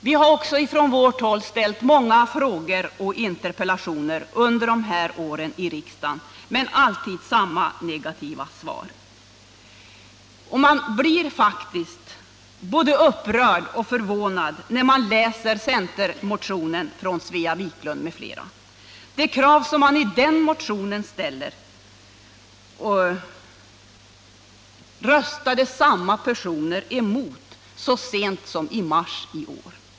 Vi har från vårt håll också ställt många frågor och interpellationer under de här åren i riksdagen men alltid fått samma negativa svar. Man blir faktiskt både upprörd och förvånad när man läser centermotionen från Svea Wiklund m.fl. De krav som ställs i den motionen röstade samma personer emot så sent som i mars i år.